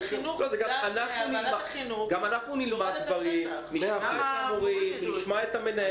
גם אנחנו נלמד דברים, נשמע את המנהלת.